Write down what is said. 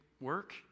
work